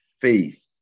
faith